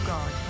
God